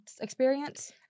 experience